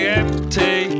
empty